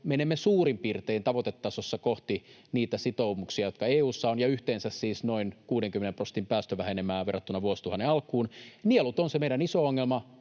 menemme suurin piirtein tavoitetasossa kohti niitä sitoumuksia, jotka EU:ssa on, ja yhteensä siis noin 60 prosentin päästövähenemään verrattuna vuosituhannen alkuun. Nielut ovat se meidän iso ongelma.